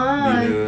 ah